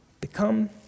become